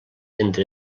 entre